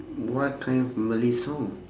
what kind of malay song